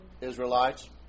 Israelites